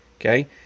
Okay